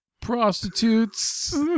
prostitutes